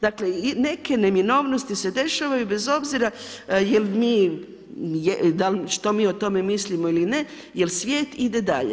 Dakle, neke neminovnosti se dešavaju, bez obzir jel mi, dal, što mi o tome mislimo ili ne, jer svijet ide dalje.